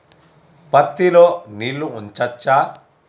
పత్తి లో నీళ్లు ఉంచచ్చా?